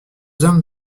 hommes